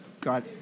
got